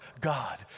God